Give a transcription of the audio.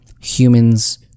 humans